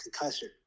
concussion